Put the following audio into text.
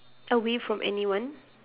away from anyone